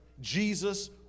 Jesus